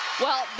well,